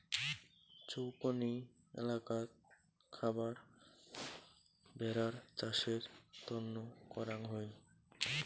চৌকনি এলাকাত খাবার ভেড়ার চাষের তন্ন করাং হই